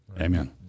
Amen